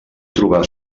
trobar